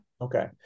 Okay